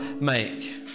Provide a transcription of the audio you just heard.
make